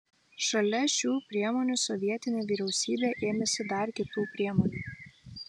šalia šių priemonių sovietinė vyriausybė ėmėsi dar kitų priemonių